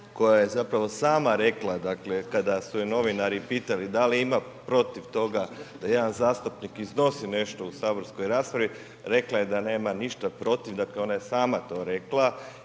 koja je sama rekla kada su je novinari pitali da li ima protiv toga da jedan zastupnik iznosi nešto u saborskoj raspravi rekla je da nema ništa protiv. Dakle ona je sama to rekla